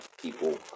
people